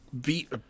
beat